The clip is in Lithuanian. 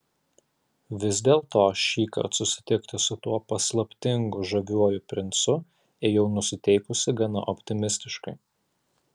vis dėlto šįkart susitikti su tuo paslaptingu žaviuoju princu ėjau nusiteikusi gana optimistiškai